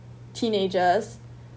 teenagers